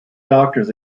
doctors